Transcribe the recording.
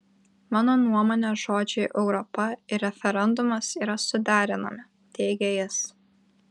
mano nuomone žodžiai europa ir referendumas yra suderinami teigė jis